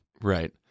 Right